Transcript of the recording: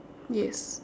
yes